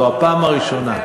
זו הפעם הראשונה.